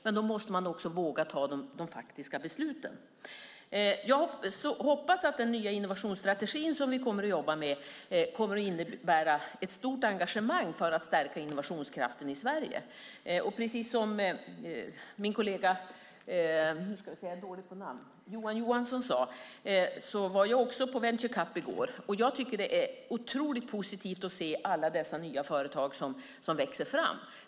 Men då måste man också våga ta de faktiska besluten. Jag hoppas att den nya innovationsstrategi som vi kommer att jobba med kommer att innebära ett stort engagemang för att stärka innovationskraften i Sverige. Precis som min kollega Johan Johansson sade var jag också på Venture Capital i går. Jag tycker att det är otroligt positivt att se alla dessa nya företag som växer fram.